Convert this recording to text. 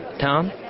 Tom